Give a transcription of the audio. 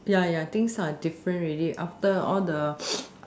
ya ya things are different already after all the